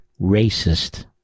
racist